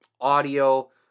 audio